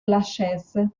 lachaise